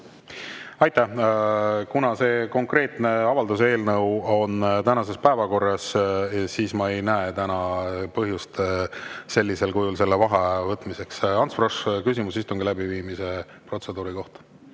Aitäh! Kuna see konkreetne avalduse eelnõu on tänases päevakorras, siis ma ei näe täna põhjust sellisel kujul vaheaja võtmiseks. Ants Frosch, küsimus istungi läbiviimise protseduuri kohta.